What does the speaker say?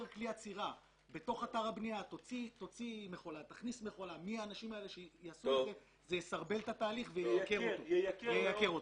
יסרבל את התהליך וייקר אותו.